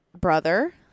Brother